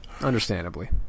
Understandably